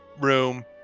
room